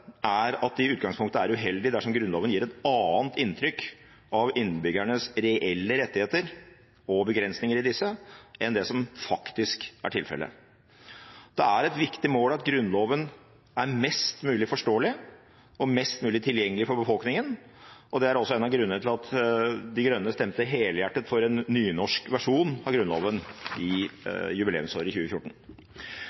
er at det i utgangspunktet er uheldig dersom Grunnloven gir et annet inntrykk av innbyggernes reelle rettigheter og begrensninger i disse enn det som faktisk er tilfellet. Det er et viktig mål at Grunnloven er mest mulig forståelig og mest mulig tilgjengelig for befolkningen, og det er også en av grunnene til at De Grønne stemte helhjertet for en nynorsk versjon av Grunnloven i